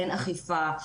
אין אכיפה.